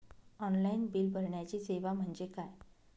Online bill भरण्याची सेवा म्हणजे काय?